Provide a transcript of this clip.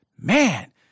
man